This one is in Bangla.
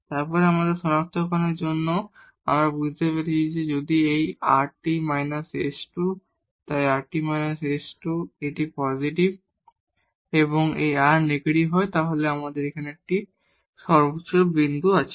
এবং তারপর শনাক্তকরণের জন্য আমরা বুঝতে পেরেছি যে যদি এই rt s2 তাই rt s2 এটি পজিটিভ এবং এই r নেগেটিভ হয় তাহলে আমাদের একটি মাক্সিমাম বিন্দু আছে